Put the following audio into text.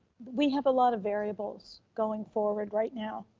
we have a lot of variables going forward right now.